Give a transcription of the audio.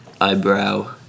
eyebrow